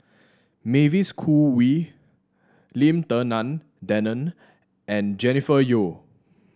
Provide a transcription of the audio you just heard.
Mavis Khoo Wee Lim Denan Denon and Jennifer Yeo